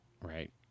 right